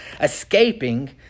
escaping